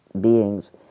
beings